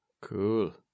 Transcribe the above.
Cool